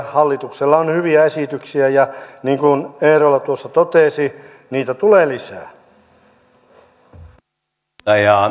hallituksella on hyviä esityksiä ja niin kuin eerola tuossa totesi niitä tulee lisää